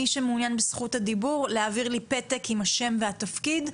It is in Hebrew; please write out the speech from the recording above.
מי שמעוניין בזכות הדיבור - להעביר לי פתק עם השם והתפקיד,